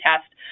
test